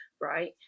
right